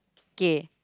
okay